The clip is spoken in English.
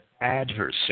adversary